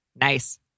Nice